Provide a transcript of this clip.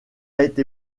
été